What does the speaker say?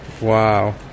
wow